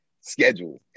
schedule